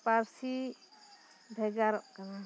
ᱯᱟᱹᱨᱥᱤ ᱵᱷᱮᱜᱟᱨᱚᱜ ᱠᱟᱱᱟ